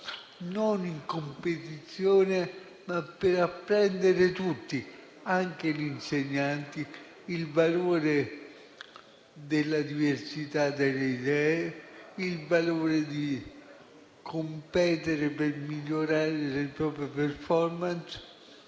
non in competizione, ma per apprendere tutti - anche gli insegnanti - il valore della diversità delle idee, il valore di competere per migliorare le proprie *performance.*